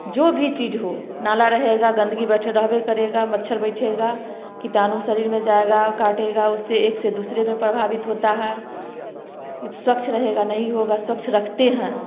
जो भी चीज हो नाला रहेगा गंदगी बैठ रहबे करेगा मच्छर बैठेगा कीटाणु शरीर में जाएगा कटेगा उसे एक से दूसरे में प्रभावित होता हैं स्वच्छ रहेगी नहीं होगा स्वच्छ रखते हैं